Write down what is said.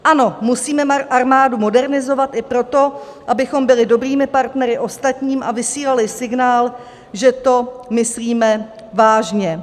Ano, musíme armádu modernizovat i proto, abychom byli dobrými partnery ostatním a vysílali signál, že to myslíme vážně.